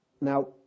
Now